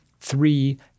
three